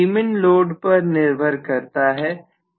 Tmin load पर निर्भर करता है